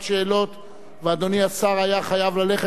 ואדוני השר היה חייב ללכת לעניין פוליטי.